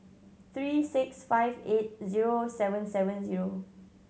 three six five eight zero seven seven zero